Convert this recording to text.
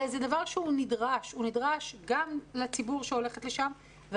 הרי זה דבר שנדרש גם לציבור שהולך לשם אבל